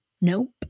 Nope